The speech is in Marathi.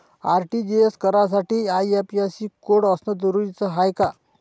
आर.टी.जी.एस करासाठी आय.एफ.एस.सी कोड असनं जरुरीच हाय का?